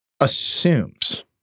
assumes